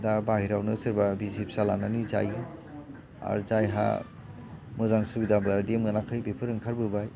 दा बाहेरायावनो सोरबा बिसि फिसा लानानै जायो आरो जायहा मोजां सुबिदा बायदि मोनाखै बेफोर ओंखारबोबाय